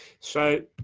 so,